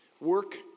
Work